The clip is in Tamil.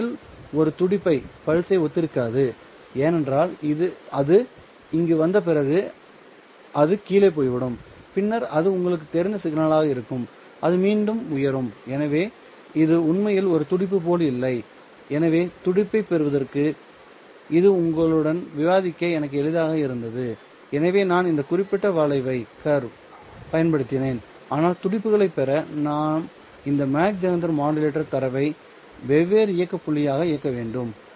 இது உண்மையில் ஒரு துடிப்பை ஒத்திருக்காது ஏனென்றால் அது இங்கு வந்த பிறகு அது கீழே போய்விடும் பின்னர் அது உங்களுக்குத் தெரிந்த சிக்னலாக இருக்கும் அது மீண்டும் உயரும் எனவே இது உண்மையில் ஒரு துடிப்பு போல் இல்லை எனவே துடிப்பைப் பெறுவதற்கு இது உங்களுடன் விவாதிக்க எனக்கு எளிதாக இருந்தது எனவே நான் இந்த குறிப்பிட்ட வளைவைப் பயன்படுத்தினேன் ஆனால் துடிப்புகளை பெற நாம் இந்த மாக் ஜெஹெண்டர் மாடுலேட்டர் தரவை வெவ்வேறு இயக்க புள்ளியாக இயக்க வேண்டும்